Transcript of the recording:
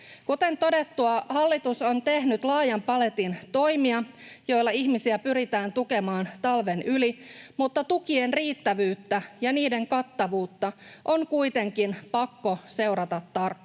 Kuten todettua, hallitus on tehnyt laajan paletin toimia, joilla ihmisiä pyritään tukemaan talven yli, mutta tukien riittävyyttä ja niiden kattavuutta on kuitenkin pakko seurata tarkkaan.